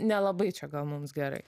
nelabai čia gal mums gerai